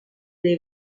dei